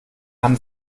haben